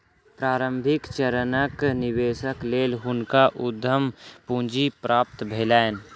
प्रारंभिक चरणक निवेशक लेल हुनका उद्यम पूंजी प्राप्त भेलैन